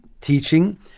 teaching